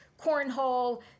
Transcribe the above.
cornhole